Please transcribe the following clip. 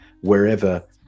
wherever